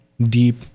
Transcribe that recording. deep